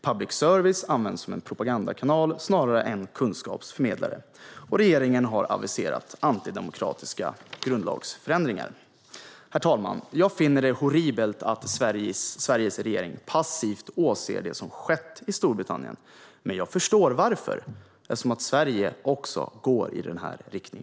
Public service används som en propagandakanal snarare än kunskapsförmedlare. Regeringen har dessutom aviserat antidemokratiska grundlagsförändringar. Herr talman! Jag finner det horribelt att Sveriges regering passivt åser det som skett i Storbritannien. Men jag förstår varför eftersom Sverige också går i denna riktning.